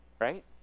Right